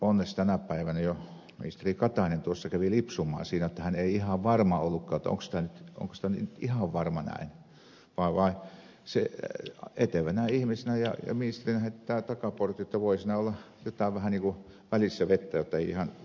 tosin onneksi tänä päivänä jo ministeri katainen kävi lipsumaan siinä jotta hän ei ihan varma ollutkaan onko tämä ihan varma näin vaan etevänä ihmisenä ja ministerinä jättää takaportin jotta voi siinä olla jotain vähän ikään kuin välissä vettä jotta ei ihan välttämättä pidä paikkaansa